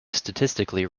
statistically